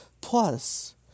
Plus